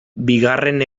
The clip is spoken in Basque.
bigarren